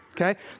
Okay